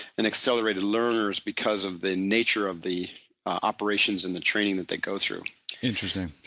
and accelerated learners because of the nature of the operations and the training that they go through interesting,